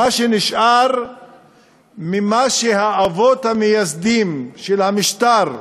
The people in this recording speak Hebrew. על מה שנשאר ממה שהאבות המייסדים של המשטר,